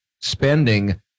spending